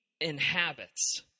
inhabits